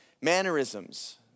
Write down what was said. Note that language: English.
mannerisms